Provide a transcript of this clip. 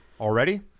already